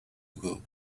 ago